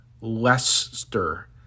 Leicester